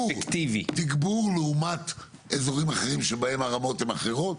תגבור לעומת אזורים אחרים שבהם הרמות הן אחרות?